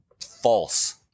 false